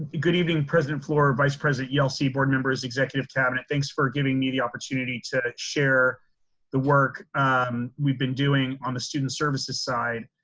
good evening president fluor, vice president yelsey, board members, executive cabinet. thanks for giving me the opportunity to share the work we've been doing on the student services side.